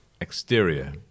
exterior